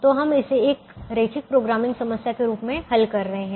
तो हम इसे एक रैखिक प्रोग्रामिंग समस्या के रूप में हल कर रहे हैं